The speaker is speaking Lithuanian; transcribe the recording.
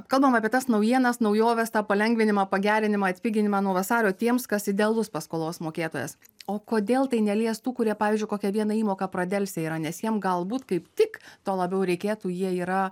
kalbama apie tas naujienas naujoves tą palengvinimą pagerinimą atpiginimą nuo vasario tiems kas idealus paskolos mokėtojas o kodėl tai nelies tų kurie pavyzdžiui kokią vieną įmoką pradelsę yra nes jiem galbūt kaip tik to labiau reikėtų jie yra